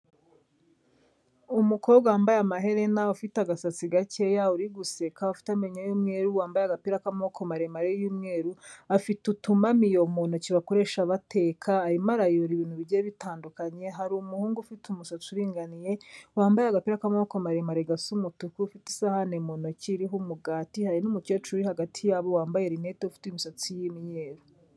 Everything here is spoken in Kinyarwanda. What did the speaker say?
Umukobwa wambaye amaherena ufite agasatsi gakeya uri guseka ufite amenyo y'umweru wambaye agapira k'amaboko maremare y'umweru, afite utumamiyo mu ntoki bakoresha bateka, arimo arayora ibintu bigiye bitandukanye, hari umuhungu ufite umusatsi uringaniye, wambaye agapira k'amaboko maremare gasa umutuku ufite isahani mu ntoki iriho umugati, hari n'umukecuru uri hagati yabo wambaye rinete ufite imisatsi y'imyeru.